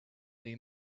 they